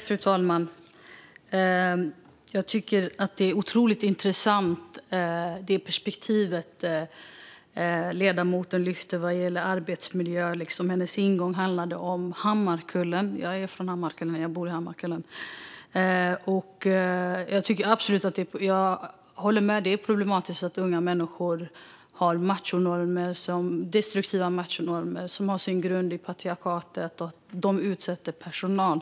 Fru talman! Jag tycker att det perspektiv som ledamoten lyfte vad gäller arbetsmiljö är otroligt intressant. Hennes ingång var Hammarkullen. Jag är från Hammarkullen och bor där. Jag håller med om att det är problematiskt att unga människor följer destruktiva machonormer som har sin grund i patriarkatet och att de utsätter personal.